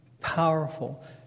powerful